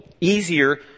easier